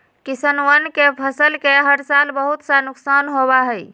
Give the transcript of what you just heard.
किसनवन के फसल के हर साल बहुत सा नुकसान होबा हई